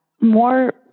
more